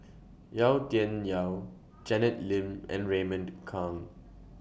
Yau Tian Yau Janet Lim and Raymond Kang